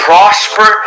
Prosper